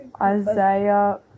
Isaiah